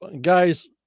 Guys